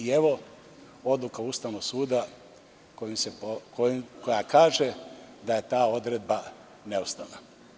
Evo odluka Ustavnog suda koja kaže da je ta odredba neustavna.